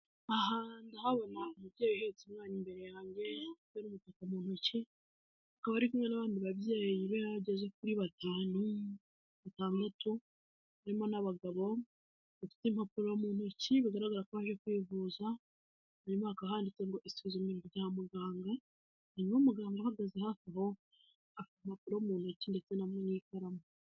Aha ndahabona umubyeyi uhetse umwana imbere yange ufite n'umutaka mu ntoki akaba ari kumwe n'abandi babyeyi bageze kuri batanu, batandatu harimo n'abagabo bafite impapuro mu ntoki bigaragara ko baje kwivuza hanyuma hakaba handitse ngo isuzumiro rya muganga hari n'umuganga uhagaze hafi aho afite impapuro mu ntoki ndetse n'ikaramu.